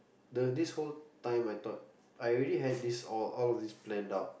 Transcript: the this whole time I thought I already had these all all of these planned out